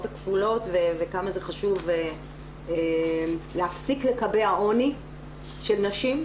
הכפולות וכמה זה חשוב להפסיק לקבע עוני של נשים,